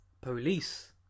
police